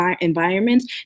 environments